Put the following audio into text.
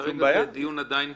כרגע זה עדיין הדיון הכולל.